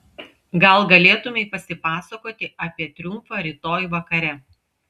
gal galėtumei pasipasakoti apie triumfą rytoj vakare